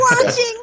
watching